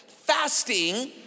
Fasting